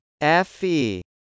FE